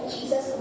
Jesus